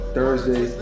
Thursday